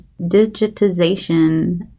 digitization